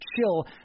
chill